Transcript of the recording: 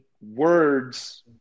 words